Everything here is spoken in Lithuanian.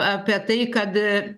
apie tai kad